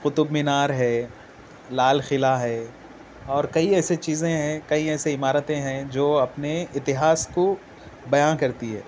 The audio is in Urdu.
قطب مینار ہے لال قلعہ ہے اور کئی ایسے چیزیں ہیں کئی ایسے عمارتیں ہیں جو اپنے اتہاس کو بیاں کرتی ہے